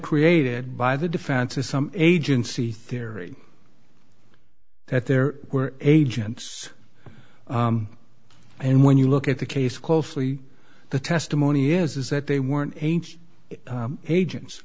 created by the defense is some agency theory that there were agents and when you look at the case closely the testimony is that they weren't ain't agents